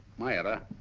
my error.